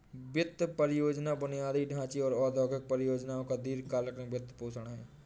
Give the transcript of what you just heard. वित्त परियोजना बुनियादी ढांचे और औद्योगिक परियोजनाओं का दीर्घ कालींन वित्तपोषण है